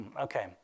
Okay